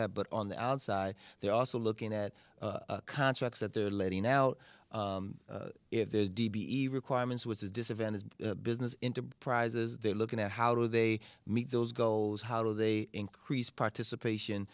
that but on the outside they're also looking at contracts that they're letting out if their requirements which is disadvantage business enterprises they're looking at how do they meet those goals how they increase participation